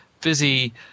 busy